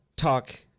talk